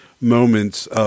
moments